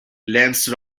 lance